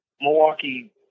Milwaukee